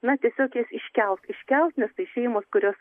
na tiesiog juos iškelt iškelti nes tai šeimos kurios